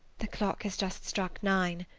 the clock has just struck nine.